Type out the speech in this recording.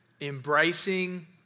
embracing